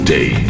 Day